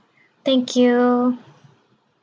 thank you